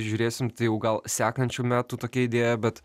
žiūrėsim gal sekančių metų tokia idėja bet